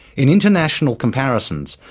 in international comparisons,